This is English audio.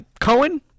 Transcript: Cohen